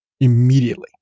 immediately